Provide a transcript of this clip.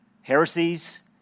heresies